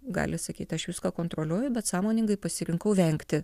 gali sakyt aš viską kontroliuoju bet sąmoningai pasirinkau vengti